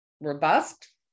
robust